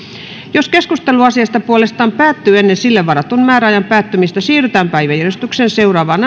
jos keskustelu asiasta puolestaan päättyy ennen sille varatun määräajan päättymistä siirrytään päiväjärjestyksen seuraavaan